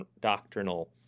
Doctrinal